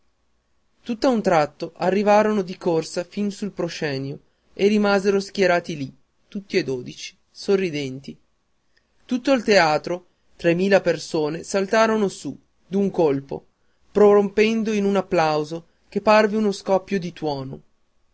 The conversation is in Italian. tutt'a un tratto arrivarono di corsa fin sul proscenio e rimasero schierati lì tutti e dodici sorridenti tutto il teatro tremila persone saltaron su d'un colpo prorompendo in un applauso che parve uno scoppio di tuono